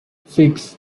six